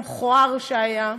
המכוער שהיה.